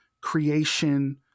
creation